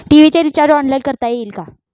TV चे recharge online करता येईल का?